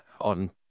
on